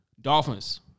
Dolphins